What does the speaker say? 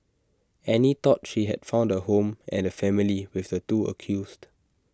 Annie thought she had found A home and A family with the two accused